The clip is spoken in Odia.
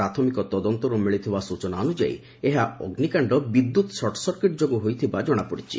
ପ୍ରାଥମିକ ତଦନ୍ତରୁ ମିଳିଥିବା ସ୍ଟଚନା ଅନୁଯାୟୀ ଏହା ଅଗ୍ରିକାଣ୍ଡ ବିଦ୍ୟୁତ୍ ସଟ୍ସର୍କିଟ୍ ଯୋଗୁଁ ହୋଇଥିବା କଣାପଡ଼ିଛି